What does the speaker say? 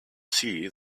see